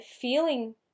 feeling